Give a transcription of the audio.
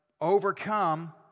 overcome